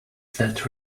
that